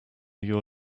your